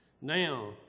now